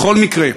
בכל מקרה,